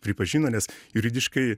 pripažino nes juridiškai